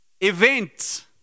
event